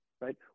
right